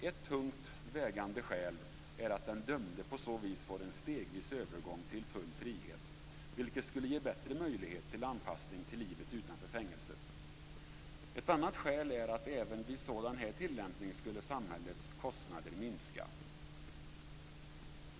Ett tungt vägande skäl är att den dömde på så vis får en stegvis övergång till full frihet, vilket skulle ge bättre möjlighet till anpassning till livet utanför fängelset. Ett annat skäl är att samhällets kostnader skulle minska även vid sådan tillämpning.